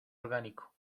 orgánico